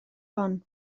hon